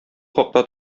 хакта